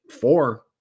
four